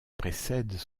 précèdent